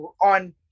on